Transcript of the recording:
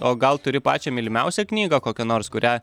o gal turi pačią mylimiausią knygą kokią nors kurią